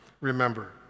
remember